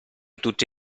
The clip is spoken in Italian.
tutto